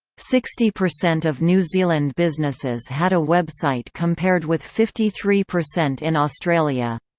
sixty percent of new zealand businesses had a website compared with fifty three percent in australia.